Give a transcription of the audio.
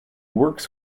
works